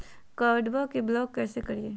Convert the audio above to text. कार्डबा के ब्लॉक कैसे करिए?